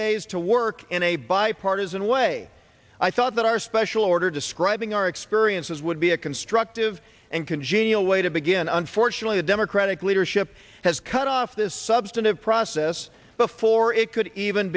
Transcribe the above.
days to work in a bipartisan way i thought that our special order describing our experiences would be a constructive and congenial way to begin unfortunately the democratic leadership has cut off this substantive process before it could even